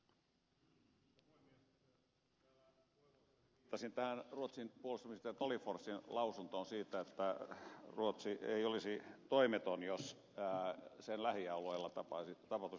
täällä puheenvuorossani viittasin ruotsin puolustusministeri tolgforsin lausuntoon siitä että ruotsi ei olisi toimeton jos sen lähialueilla tapahtuisi sotilaallinen hyökkäys